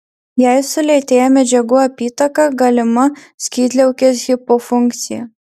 jei sulėtėja medžiagų apytaka galima skydliaukės hipofunkcija